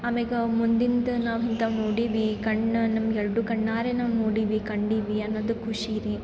ಆಮೇಗ ಮುಂದಿಂದು ನಾವು ಇಂಥವ್ ನೊಡೀವಿ ಕಣ್ಣು ನಮ್ಮ ಎರಡು ಕಣ್ಣಾರೆ ನಾವು ನೊಡೀವಿ ಕಂಡೀವಿ ಅನ್ನೋದು ಖುಷಿ ರೀ